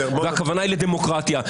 הכוונה היא לדמוקרטיה.